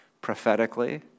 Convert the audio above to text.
prophetically